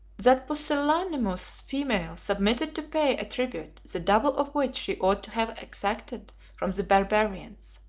that pusillanimous female submitted to pay a tribute, the double of which she ought to have exacted from the barbarians.